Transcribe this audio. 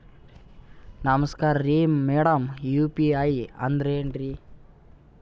ನಮಸ್ಕಾರ್ರಿ madam UPI ಅಂದ್ರೆನ್ರಿ?